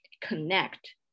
connect